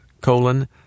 colon